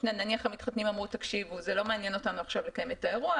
נניח שהמתחתנים אמרו: לא מעניין אותנו עכשיו לקיים את האירוע,